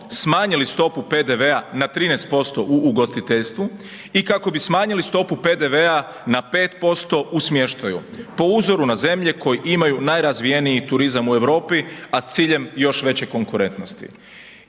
smanjili stopu PDV-a na 13% u ugostiteljstvu i kako bi smanjili stopu PDV-a na 5% u smještaju, po uzoru na zemlje koje imaju najrazvijeniji turizam u Europi, a s ciljem još veće konkurentnosti.